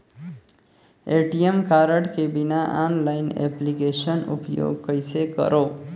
ATM card के बिना online application उपयोग कइसे करो?